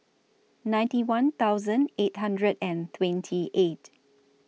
ninety one thousand eight hundred and twenty eight